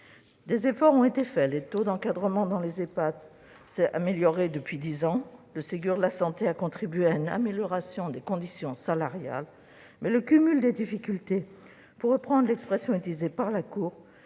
des efforts ont été faits : le taux d'encadrement dans les Ehpad s'est amélioré depuis dix ans et le Ségur de la santé a contribué à une amélioration des conditions salariales, mais, pour reprendre l'expression utilisée par la Cour,